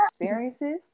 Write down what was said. experiences